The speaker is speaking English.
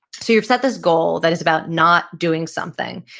so you've set this goal that is about not doing something,